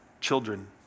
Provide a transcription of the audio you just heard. children